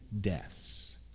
deaths